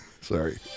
Sorry